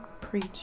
preach